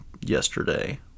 yesterday